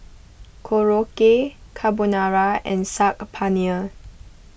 Korokke Carbonara and Saag Paneer